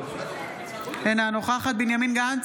אינה נוכחת בנימין גנץ,